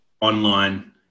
online